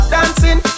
Dancing